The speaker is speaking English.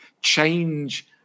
change